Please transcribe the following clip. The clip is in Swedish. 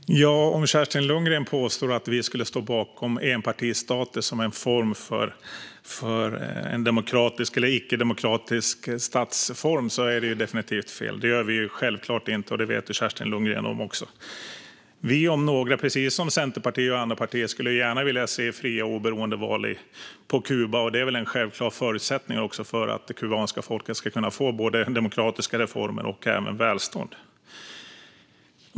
Fru ålderspresident! Om Kerstin Lundgren påstår att vi skulle stå bakom enpartistaten som en form för en demokratisk eller icke-demokratisk statsform är det definitivt fel. Det gör vi självfallet inte, och detta vet Kerstin Lundgren också. Vi om några, precis som Centerpartiet och andra partier, skulle gärna vilja se fria och oberoende val på Kuba. Det är en självklar förutsättning för att det kubanska folket ska kunna få både demokratiska reformer och välstånd.